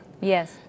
Yes